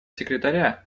секретаря